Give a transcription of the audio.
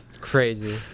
crazy